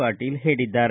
ಪಾಟೀಲ ಹೇಳಿದ್ದಾರೆ